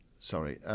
Sorry